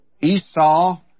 Esau